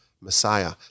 Messiah